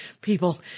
people